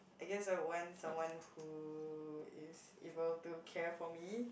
I guess I want someone who is able to care for me